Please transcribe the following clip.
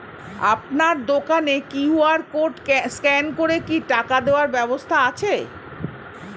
আপনার দোকানে QR code scan করে কি টাকা দেওয়ার ব্যবস্থা আছে?